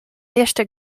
jeszcze